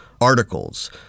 articles